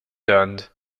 learned